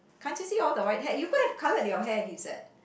can't you see all the white hair you could have coloured your hair he said